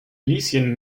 lieschen